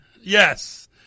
Yes